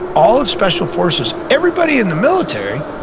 all of special forces, everybody in the military,